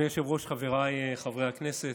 אדוני היושב-ראש, חבריי חברי הכנסת,